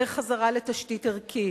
זה חזרה לתשתית ערכית,